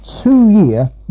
two-year